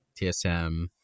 TSM